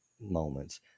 moments